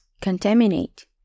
contaminate